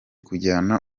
kujyana